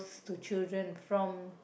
to children from